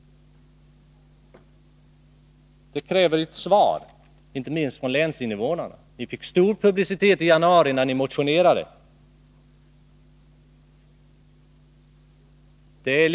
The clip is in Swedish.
Det kräver ett svar. Inte minst kräver länsinnevånarna det. Ni fick stor publicitet när ni motionerade i januari.